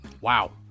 wow